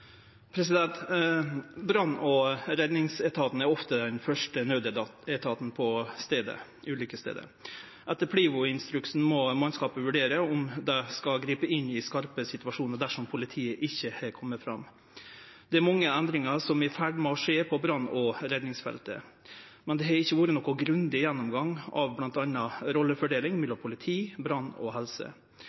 Brann- og redningsetaten er ofte den første naudetaten på ulykkesstaden. Etter PLIVO-instruksen må mannskapet vurdere om det skal gripe inn i skarpe situasjonar dersom politiet ikkje har kome fram. Det er mange endringar som er i ferd med å skje på brann- og redningsfeltet, men det har ikkje vore nokon grundig gjennomgang av bl.a. rollefordeling mellom politi, brannvesen og